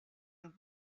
and